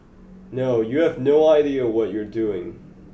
no you have no idea what you are doing